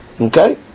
okay